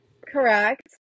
Correct